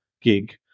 gig